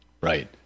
Right